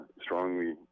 strongly